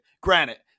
Granite